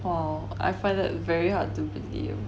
oh I find it very hard to believe